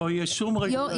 לא תהיה כל רגולציה.